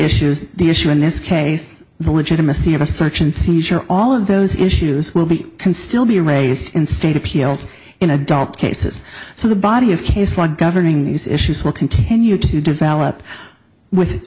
issues the issue in this case the legitimacy of a search and seizure all of those issues will be can still be raised in state appeals in adult cases so the body of case law governing these issues will continue to develop with